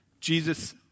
Jesus